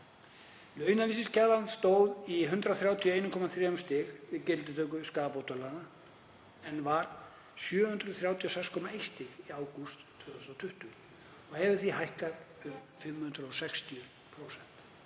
Launavísitalan stóð í 131,3 stigum við gildistöku skaðabótalaga en var 736,1 stig í ágúst 2020 og hefur því hækkað um 560%.